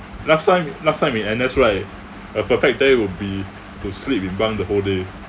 last time last time in N_S right a perfect day would be to sleep in bunk the whole day